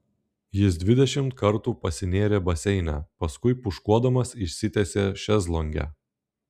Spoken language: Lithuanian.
jis dvidešimt kartų pasinėrė baseine paskui pūškuodamas išsitiesė šezlonge